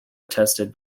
attested